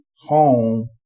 home